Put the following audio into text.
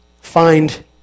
find